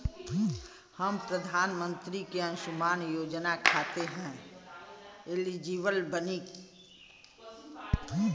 हम प्रधानमंत्री के अंशुमान योजना खाते हैं एलिजिबल बनी?